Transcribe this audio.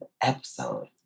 episode